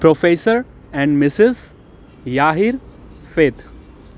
professor and Mrs याहिर फिथ